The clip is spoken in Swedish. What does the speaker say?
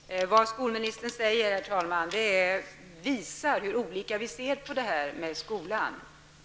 Herr talman! Vad skolministern säger visar hur olika vi ser på skolan.